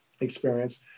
experience